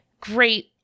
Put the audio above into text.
Great